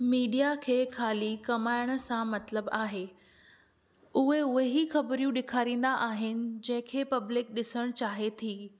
media खे ख़ाली कमाइण सां मतिलबु आहे उहे उहे उहे ई ख़बरूं ॾेखारींदा आहिनि जंहिंखे पब्लिक ॾिसणु चाहे थी